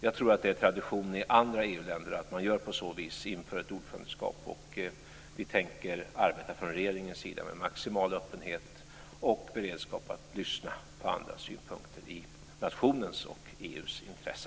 Jag tror att det är tradition i andra EU-länder att man gör på det sättet inför ett ordförandeskap, och vi tänker från regeringens sida arbeta med maximal öppenhet och beredskap att lyssna på andras synpunkter i nationens och i EU:s intresse.